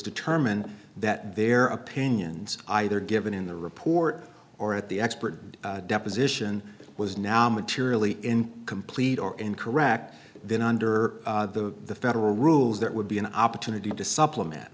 determined that there are opinions either given in the report or at the expert deposition was now materially in complete or incorrect then under the federal rules that would be an opportunity to supplement